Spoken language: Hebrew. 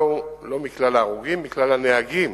לא מכלל ההרוגים, מכלל הנהגים